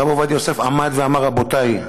הרב עובדיה יוסף עמד ואמר: רבותי,